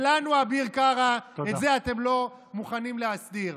שלנו, אביר קארה, את זה אתם לא מוכנים להסדיר.